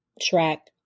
track